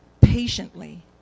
patiently